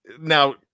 now